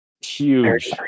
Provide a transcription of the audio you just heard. huge